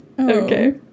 Okay